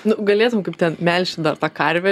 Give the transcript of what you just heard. nu galėtum kaip ten melžti dar tą karvę